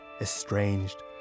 estranged